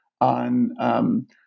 on